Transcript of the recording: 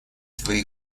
твои